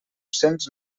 cents